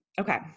Okay